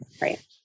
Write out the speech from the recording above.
right